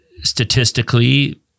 Statistically